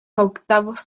octavos